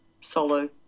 solo